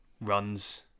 runs